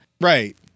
right